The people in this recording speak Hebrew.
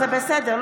זה בסדר.